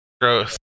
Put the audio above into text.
Gross